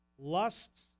lusts